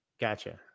Gotcha